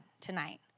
tonight